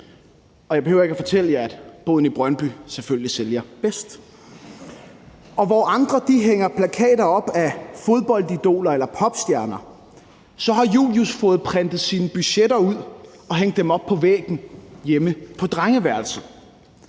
og jeg behøver ikke at fortælle jer, at boden i Brøndby selvfølgelig sælger bedst. Og hvor andre hænger plakater af fodboldidoler eller popstjerner op, har Julius fået printet sine budgetter ud og hængt dem op på væggen hjemme på drengeværelset,